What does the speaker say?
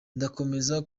ndakomeza